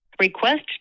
Request